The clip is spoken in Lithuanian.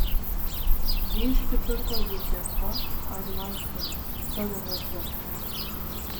jį išsipirko juzefa arlauskienė savo vardu